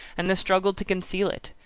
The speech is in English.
and the struggle to conceal it.